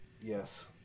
yes